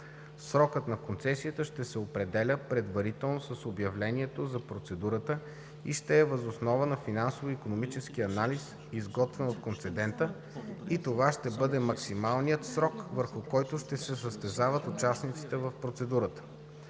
Срокът на концесията ще се определя предварително с обявлението за процедурата и ще е въз основа на финансово-икономическия анализ, изготвен от концедента и това ще бъде максималният срок, върху който ще се състезават участниците в процедурата,